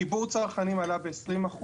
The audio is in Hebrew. חיבור צרכנים עלה ב-20%,